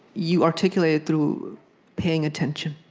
you articulate it through paying attention.